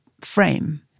frame